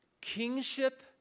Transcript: kingship